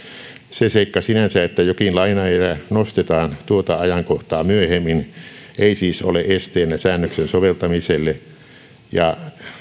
se seikka sinänsä että jokin lainaerä nostetaan tuota ajankohtaa myöhemmin ei siis ole esteenä säännöksen soveltamiselle ja